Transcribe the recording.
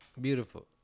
Beautiful